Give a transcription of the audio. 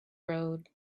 road